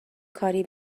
کاری